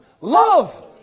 Love